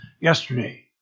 yesterday